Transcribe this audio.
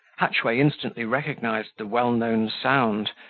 hatchway instantly recognised the well-known sound,